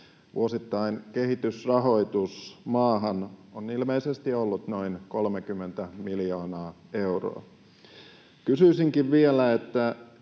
Vuosittain kehitysrahoitus maahan on ilmeisesti ollut noin 30 miljoonaa euroa. Kysyisinkin vielä, mitä